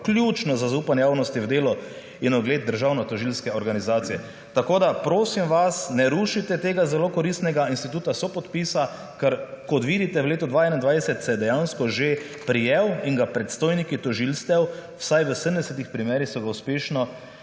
ključno za zaupanje javnosti v delo in ugled državnotožilske organizacije. Tako vas prosim, ne rušite tega zelo koristnega instituta sopodpisa, ker, kot vidite, v letu 2021 se je dejansko že prijel in so ga predstojniki tožilstev vsaj v 70 primerih uspešno